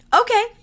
Okay